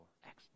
excellent